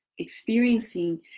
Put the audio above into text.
experiencing